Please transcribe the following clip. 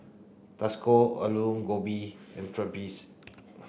Alu Gobi and Pretzel